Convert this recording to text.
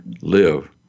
live